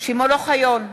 שמעון אוחיון,